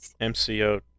MCO